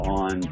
on